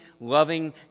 loving